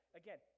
again